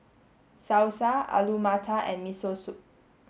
Salsa Alu Matar and Miso Soup